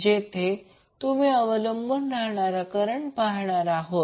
जेथे तुम्ही अवलंबून राहणारा करंट सोर्स पाहणार आहात